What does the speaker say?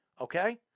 Okay